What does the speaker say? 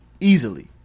Easily